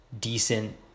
decent